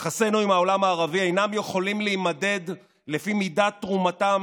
יחסינו עם העולם הערבי אינם יכולים להימדד לפי מידת תרומתם